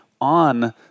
on